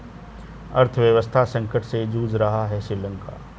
अर्थव्यवस्था संकट से जूझ रहा हैं श्रीलंका